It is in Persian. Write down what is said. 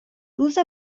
روز